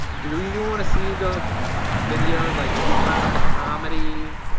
do you wanna see those videos? like it'd be kind of comedy.